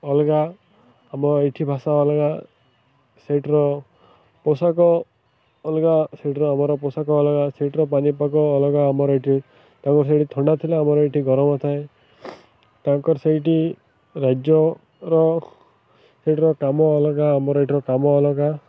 ଅଲଗା ଆମ ଏଇଠି ଭାଷା ଅଲଗା ସେଇଠାର ପୋଷାକ ଅଲଗା ସେଇଠାର ଆମର ପୋଷାକ ଅଲଗା ସେଇଠାର ପାଣିପାଗ ଅଲଗା ଆମର ଏଠି ତାଙ୍କର ସେଇଠି ଥଣ୍ଡା ଥିଲା ଆମର ଏଠି ଗରମ ଥାଏ ତାଙ୍କର ସେଇଠି ରାଜ୍ୟର ସେଇଠାର କାମ ଅଲଗା ଆମର ଏଠାର କାମ ଅଲଗା